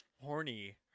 Horny